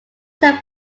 ham